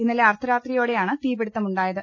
ഇന്നലെ അർദ്ധരാത്രിയോടെയാണ് തീപിടുത്തമുണ്ടായത്